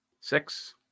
six